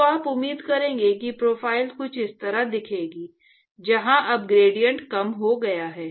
तो आप उम्मीद करेंगे कि प्रोफ़ाइल कुछ इस तरह दिखेगी जहाँ अब ग्रेडिएंट कम हो गया है